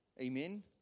Amen